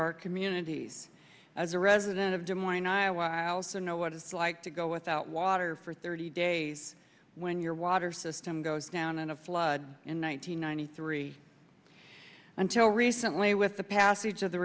our communities as a resident of des moines iowa i also know what it's like to go without water for thirty days when your water system goes down and a flood in one thousand nine hundred three until recently with the passage of the